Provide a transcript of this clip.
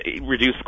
reduce